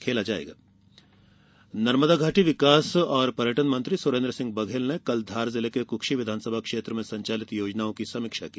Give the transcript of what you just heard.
बघेल समीक्षा नर्मदा घाटी विकास और पर्यटन मंत्री सुरेन्द्र सिंह बघेल ने कल धार जिले के कुक्षी विधानसभा क्षेत्र में संचालित योजनाओं की समीक्षा की